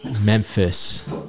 memphis